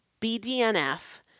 BDNF